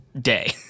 day